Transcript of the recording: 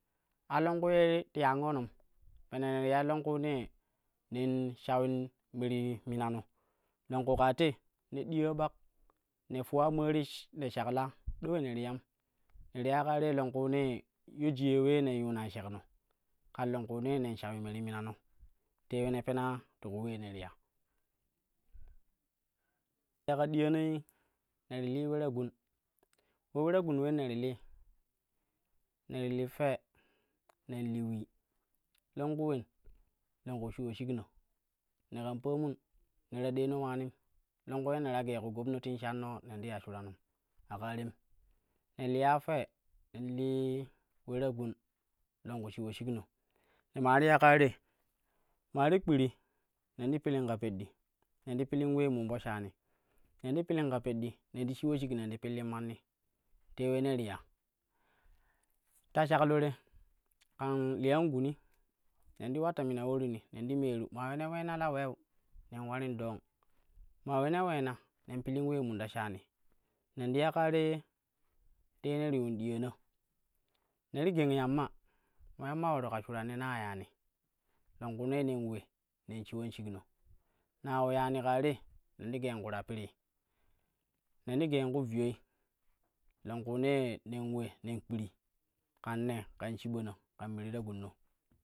A longku ye ti angonom, pene ne ti yai longkuu nee nen shawin me ti minano. Longku kaa te diya bak ne fuwa mari ne shakla do ule ne ti yam, ne ti yai ka tei longkuunee. Yo jiya ulee ne yuunai shekno kan longkuunee nen shawin me ti mimano te ule ne pena ti ku ulee ne ti ya ka diyanoi ne ti lii we ta gun, ulo ule ta gun wen ye ne ti lii, ne ti li fee, nen li ulii longku ulen, longku shiwa shikno ne kan paamun ne ta deeno ulanim longku ne ta gee ku gobnatin shanno nen ti ya shuranum a kaa tem. Ne lil fee nen lii we ta gun longku shiwa shikno ne maa ti ya kaa te maa ti kpiri nen ti pilin ka peddi nen ti pilin ulee min po shaani, nen ti pilin ka peɗɗi nen ti shiwa shigi nen ti pidlin manni te ule ne ti ya, ta shaklo te, kan liyan guni nen ti ular ta mina ulorini nen ti men maa we ne uleena la weu nen ularim dong maa ule ne uleen nen pilin ulee miin ta shaani. Nen ti ya kaa to, tee ne ti yun diyana. Ne ti geng yamma mo yamma ularu ka shuran ye ne ta yani longkuunee nen ule nen shiwan shikno, ne ta yiu yani kaa te, nen ti geen ku ta pirii, nen ti geen ku viyoi longkuunee nen ule nen kpiri kan ne kan shibana kan me ti ta gunno.